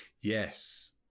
yes